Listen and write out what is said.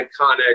iconic